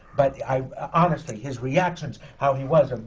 but honestly, his reactions, how he was,